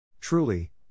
Truly